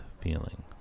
feeling